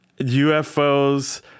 UFOs